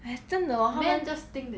western 的他们 just